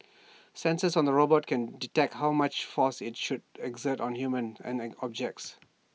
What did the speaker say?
sensors on the robot can detect how much force IT should exert on humans and an objects